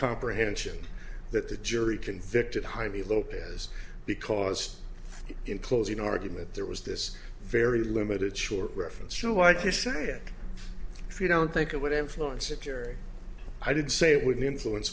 comprehension that the jury convicted jaime lopez because in closing argument there was this very limited short reference to wide hysteria if you don't think it would influence a jury i did say it would influence